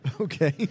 Okay